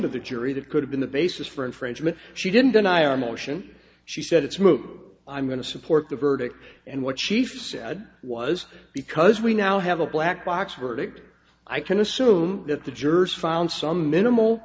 to the jury that could have been the basis for infringement she didn't deny our motion she said it's moving i'm going to support the verdict and what chief said was because we now have a black box verdict i can assume that the jurors found some minimal